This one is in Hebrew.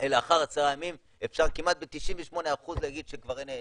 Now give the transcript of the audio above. לאחר עשרה ימים אפשר כמעט ב-98% להגיד שכבר אין נדבקים,